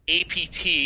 APT